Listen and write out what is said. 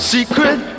Secret